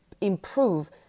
improve